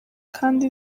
kandi